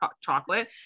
chocolate